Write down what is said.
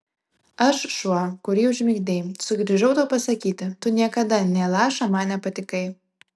aš šuo kurį užmigdei sugrįžau tau pasakyti tu niekada nė lašo man nepatikai